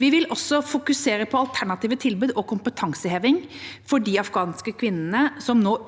Vi vil også fokusere på alternative tilbud og kompetanseheving for de afghanske kvinnene som nå ikke